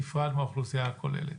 נפרד מהאוכלוסייה הכוללת.